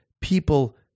people